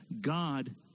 God